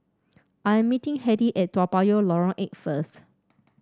I am meeting Heidy at Toa Payoh Lorong Eight first